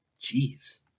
Jeez